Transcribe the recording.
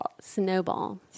snowball